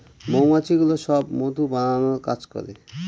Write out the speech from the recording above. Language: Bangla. মৌমাছিগুলো সব মধু বানানোর কাজ করে